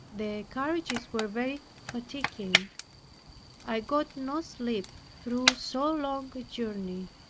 the carriages were very fatiguing i got no sleep through so long a journey.